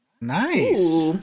Nice